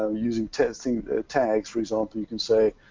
um using testing tags for example, you can say,